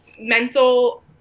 mental